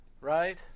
right